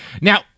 Now